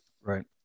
Right